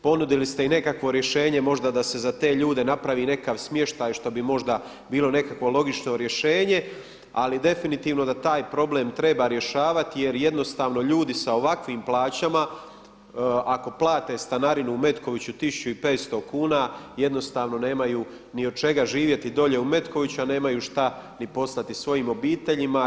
Ponudili ste i nekakvo rješenje, možda da se za te ljude napravi nekakav smještaj što bi možda bilo nekakvo logično rješenje, ali definitivno da taj problem treba rješavati jer jednostavno ljudi sa ovakvim plaćama ako plate stanarinu u Metkoviću tisuću 500 kuna nemaju od čega živjeti dolje u Metkoviću, a nemaju šta ni poslati svojim obiteljima.